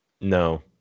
No